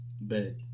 bed